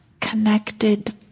connected